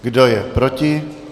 Kdo je proti?